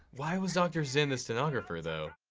why was dr. zin the stenographer, though?